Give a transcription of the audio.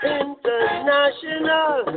international